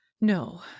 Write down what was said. No